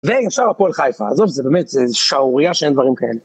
וישר הפועל חיפה, עזוב, זה באמת, זה שערורייה שאין דברים כאלה.